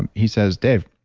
and he says, dave,